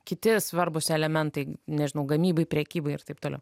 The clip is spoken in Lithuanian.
kiti svarbūs elementai nežinau gamybai prekybai ir taip toliau